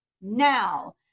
now